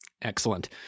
Excellent